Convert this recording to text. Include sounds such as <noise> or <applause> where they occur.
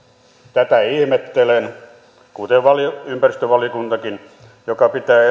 tätä ihmettelen kuten ympäristövaliokuntakin joka pitää <unintelligible>